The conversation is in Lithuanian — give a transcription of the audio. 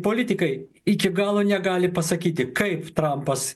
politikai iki galo negali pasakyti kaip trampas